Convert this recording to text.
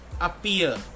Appear